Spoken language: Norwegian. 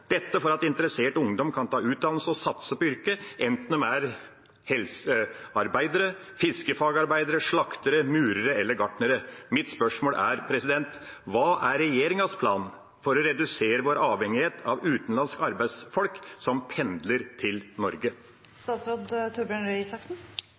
dette for at interessert ungdom kan ta utdannelse og satse på yrker som helsefagarbeider, fiskefagarbeider, slakter, murer og gartner. Mitt spørsmål er: Hva er regjeringas plan for å redusere vår avhengighet av utenlandske arbeidsfolk som pendler til